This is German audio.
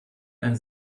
ein